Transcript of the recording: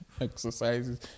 exercises